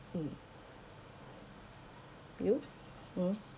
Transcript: um you hmm